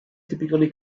typically